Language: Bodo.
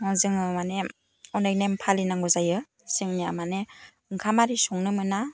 जोङो माने अनेक नेम फालिनांगौ जायो जोंनिया माने ओंखाम आरि संनो मोना